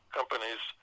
companies